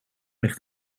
ligt